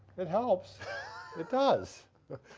it helps it does but